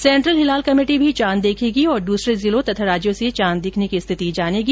central Hilal committee भी चांद देखेगी और दूसरे जिलों और राज्यों से चांद दिखने की स्थिति जानेगी